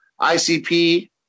ICP